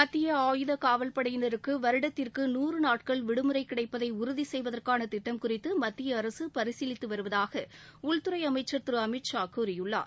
மத்திய ஆயுத காவல்படையினருக்கு வருடத்திற்கு நூறு நாட்கள் விடுமுறை கிடைப்பதை உறுதி செய்வதற்கான திட்டம் குறித்து மத்திய அரசு பரிசீலித்து வருவதாக உள்துறை அமைச்ச் திரு அமித்ஷா கூறியுள்ளார்